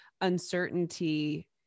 uncertainty